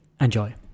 Enjoy